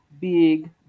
Big